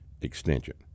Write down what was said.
extension